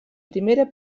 primera